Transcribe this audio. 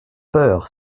peur